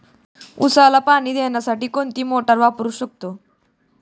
उसाला पाणी देण्यासाठी कोणती मोटार वापरू शकतो?